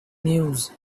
news